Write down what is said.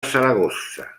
saragossa